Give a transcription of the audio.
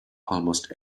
almost